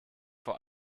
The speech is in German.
vor